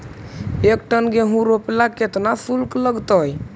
एक टन गेहूं रोपेला केतना शुल्क लगतई?